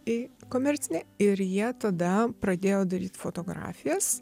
į komercinę ir jie tada pradėjo daryt fotografijas